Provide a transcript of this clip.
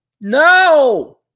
no